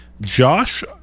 josh